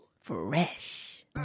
Fresh